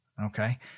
okay